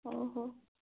ଓ ହୋ